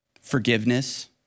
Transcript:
forgiveness